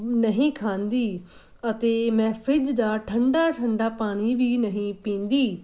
ਨਹੀਂ ਖਾਂਦੀ ਅਤੇ ਮੈਂ ਫਰਿਜ ਦਾ ਠੰਡਾ ਠੰਡਾ ਪਾਣੀ ਵੀ ਨਹੀਂ ਪੀਂਦੀ